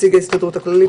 נציג ההסתדרות הכללית,